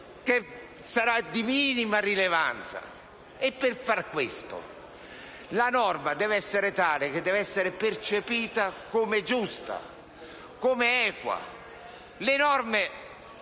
di minima rilevanza? E per far questo, la norma deve essere tale da essere percepita come giusta ed equa.